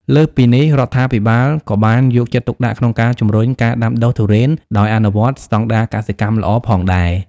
លើសពីនេះ រដ្ឋាភិបាលក៏បានយកចិត្តទុកដាក់ក្នុងការជំរុញការដាំដុះទុរេនដោយអនុវត្តស្តង់ដារកសិកម្មល្អ ផងដែរ។